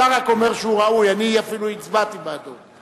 אתה רק אומר שהוא ראוי, אני אפילו הצבעתי בעדו.